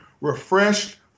refreshed